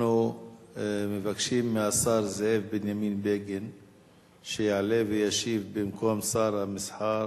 אנחנו מבקשים מהשר זאב בנימין בגין שיעלה וישיב במקום שר המסחר,